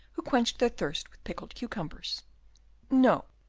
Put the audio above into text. who quenched their thirst with pickled cucumbers no,